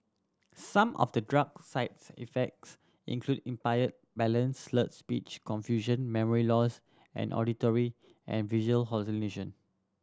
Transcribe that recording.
some of the drug's side effects include impaired balance slurred speech confusion memory loss and auditory and visual hallucination